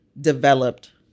developed